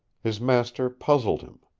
his master puzzled him.